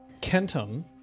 kenton